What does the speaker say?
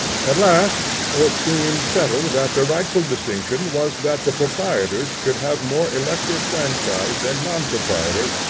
at last it seemed settled that the rightful distinction was that the proprietors should have more elective franchise than non-proprietors,